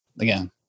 again